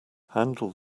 handle